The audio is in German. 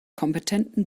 kompetenten